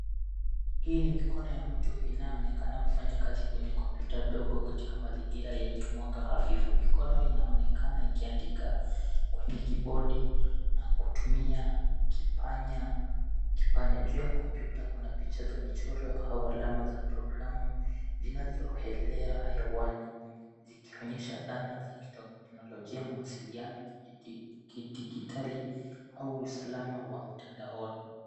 Hii ni mikono ya mtu inayoonekana kufanya kazi kwenye kompyuta dogo katika mazingira yenye mwanga hafifu ,mikono inaonekana ikiandika kwenye kibodi na kutumia kipanya, juu ya kompyuta kuna picha za michoro au alama za programu zinazohelea hewani zikionyesha dhana za teknolojia ya mawasiliano ya kidijitali au usalama wa mtandaoni.